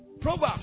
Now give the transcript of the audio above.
Proverbs